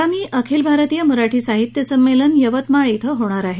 आगामी अखिल भारतीय मराठी साहित्य संमेलन यवतमाळ इथं होणार आहे